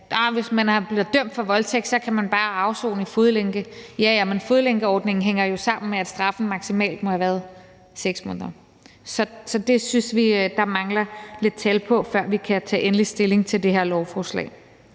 Hvis man bliver dømt for voldtægt, kan man bare afsone med fodlænke. Ja ja, men fodlænkeordningen hænger jo sammen med, at straffen maksimalt må have været 6 måneder. Så det synes vi der mangler lidt tal på, før vi kan tage endelig stilling til det her lovforslag.